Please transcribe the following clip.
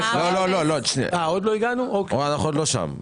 אנחנו עוד לא שם.